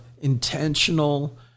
intentional